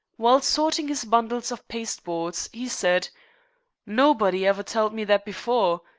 while sorting his bundles of pasteboards he said nobody ever tell'd me that before.